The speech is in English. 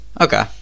Okay